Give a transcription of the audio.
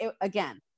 again